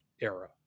era